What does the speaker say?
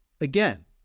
again